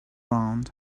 round